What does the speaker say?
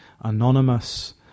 anonymous